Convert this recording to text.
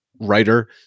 writer